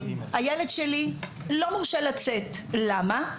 הילד שלי לא מורשה לצאת למה?